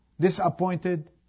disappointed